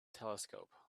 telescope